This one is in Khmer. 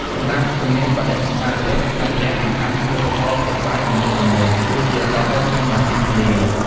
សម្រាប់ជំនាញ បដិសណ្ឋារកិច្ច សម្ភារៈសំខាន់គឺឧបករណ៍ផ្ទះបាយទំនើបៗដូចជាឡដុតនិងម៉ាស៊ីនលាយ។